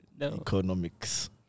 economics